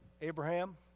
Abraham